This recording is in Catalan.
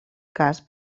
cas